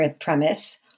premise